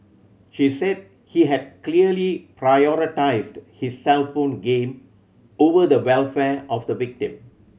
she said he had clearly prioritised his cellphone game over the welfare of the victim